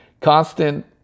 constant